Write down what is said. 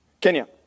Kenya